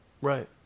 Right